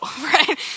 right